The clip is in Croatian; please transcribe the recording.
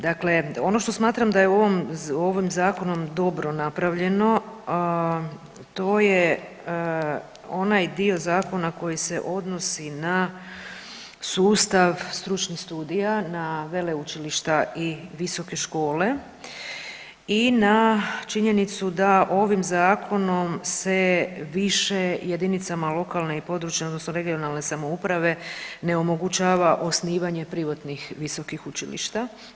Dakle, ono što smatram da je u ovom, ovim zakonom dobro napravljeno to je onaj dio zakona koji se odnosi na sustav stručnih studija, na veleučilišta i visoke škole i na činjenicu da ovim zakonom se više jedinicama lokalne i područne odnosno regionalne samouprave ne omogućava osnivanje privatnih visokih učilišta.